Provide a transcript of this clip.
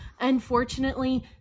Unfortunately